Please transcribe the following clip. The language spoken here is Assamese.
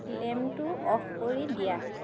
লেম্পটো অ'ফ কৰি দিয়া